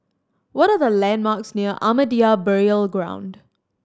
what are the landmarks near Ahmadiyya Burial Ground